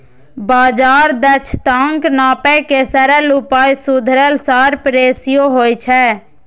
बाजार दक्षताक नापै के सरल उपाय सुधरल शार्प रेसियो होइ छै